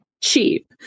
cheap